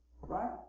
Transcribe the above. right